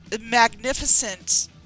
magnificent